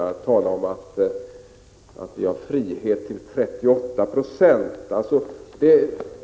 Han talade om att vi har frihet till 38 70.